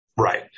Right